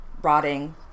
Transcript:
rotting